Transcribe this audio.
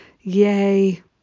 Yay